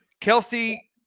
Kelsey